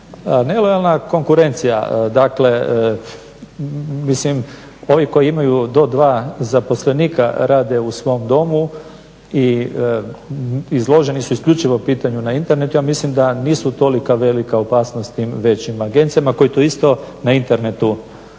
Nelojalna konkurencija. Dakle, mislim ovi koji imaju do dva zaposlenika rade u svom Domu i izloženi su isključivo pitanju na internetu. Ja mislim da nisu tolika velika opasnost tim većim agencijama koji to isto na internetu, dakle rade.